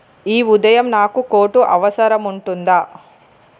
ఈ ఉదయం నాకు కోటు అవసరముంటుందా